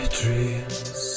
dreams